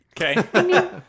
Okay